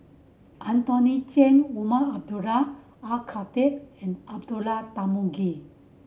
Anthony Then Umar Abdullah Al Khatib and Abdullah Tarmugi